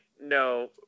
no